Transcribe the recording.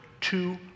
Two